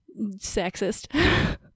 sexist